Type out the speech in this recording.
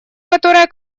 которая